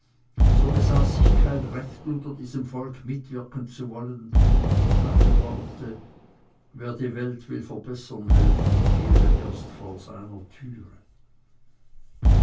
so besaß ich kein recht unter diesem volke mitwirken zu wollen nach dem worte wer die welt will verbessern helfen kehre erst vor seiner türe